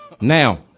Now